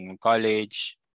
college